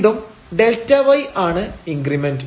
വീണ്ടും Δy ആണ് ഇൻക്രിമെന്റ്